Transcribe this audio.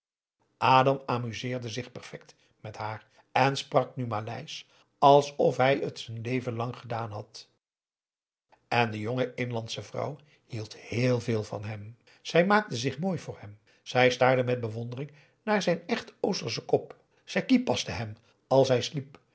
adam amuseerde zich perfect met haar en sprak nu maleisch alsof hij t zijn leven lang gedaan had en de jonge inlandsche vrouw hield heel veel van hem zij maakte zich mooi voor hem zij staarde met bewondering naar zijn echt oosterschen kop zij kipaste hem als hij sliep